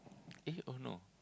eh oh no